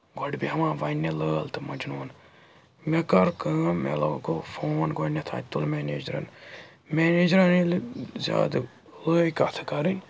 گۄڈٕ بیٚہوان وَنٛنہِ لٲل تہٕ مجنوٗن مےٚ کٔر کٲم مےٚ لوگ گوٚو فون گۄڈنٮ۪تھ اَتہِ تُل میٚنیجرَن میٚنیجرَن ییٚلہِ زیادٕ لٲگۍ کَتھٕ کَرٕنۍ